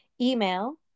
email